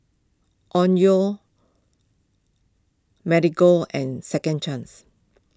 Onkyo Marigold and Second Chance